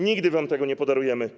Nigdy wam tego nie podarujemy.